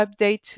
update